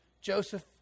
Joseph